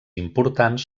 importants